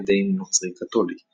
היה דיים נוצרי קתולי.